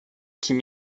kim